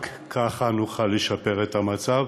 רק ככה נוכל לשפר את המצב,